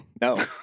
No